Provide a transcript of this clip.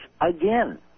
again